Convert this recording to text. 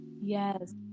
Yes